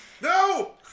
No